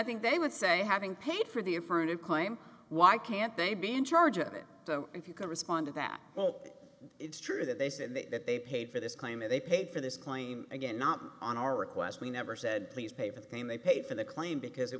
think they would say having paid for the affirmative claim why can't they be in charge of it if you can respond to that well it's true that they said that they paid for this claim and they paid for this claim again not on our request we never said please pay for the claim they paid for the claim because it